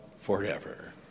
forever